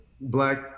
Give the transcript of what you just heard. black